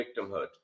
victimhood